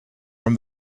from